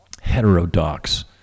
heterodox